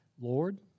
Lord